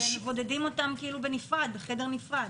ומבודדים אותם בחדר נפרד.